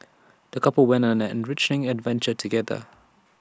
the couple went on an enriching adventure together